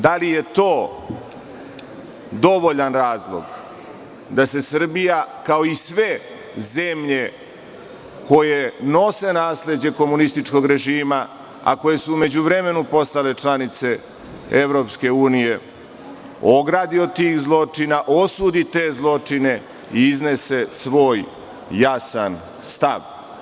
Da li je to dovoljan razlog da se Srbija, kao i sve zemlje koje nose nasleđe komunističkog režima, a koje su u međuvremenu postale članice EU, ogradi od tih zločina, osudi te zločine i iznese svoj jasan stav?